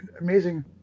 amazing